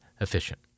efficient